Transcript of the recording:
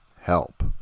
help